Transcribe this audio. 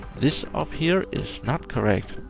this up here is not correct.